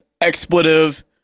expletive